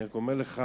אני רק אומר לך,